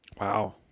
Wow